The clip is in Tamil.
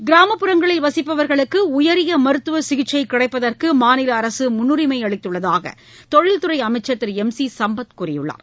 கிராமப்புறங்களில் வசிப்பவர்களுக்கு உயரிய மருத்துவ சிகிச்சை கிடைப்பதற்கு மாநில அரசு முன்னுரிமை அளித்துள்ளதாக தொழில் துறை அமைச்சர் திரு எம் சி சம்பத் கூறியுள்ளார்